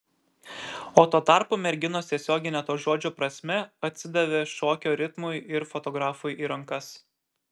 o tuo tarpu merginos tiesiogine to žodžio prasme atsidavė šokio ritmui ir fotografui į rankas